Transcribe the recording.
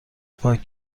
پاک